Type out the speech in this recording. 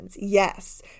Yes